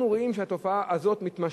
אנחנו רואים שהתופעה הזאת מתמשכת.